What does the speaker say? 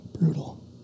brutal